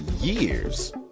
years